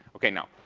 okay. now,